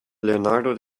leonardo